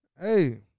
hey